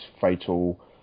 fatal